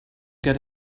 get